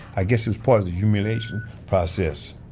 i guess it was part of the humiliation process